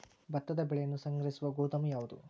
ಭತ್ತದ ಬೆಳೆಯನ್ನು ಸಂಗ್ರಹಿಸುವ ಗೋದಾಮು ಯಾವದು?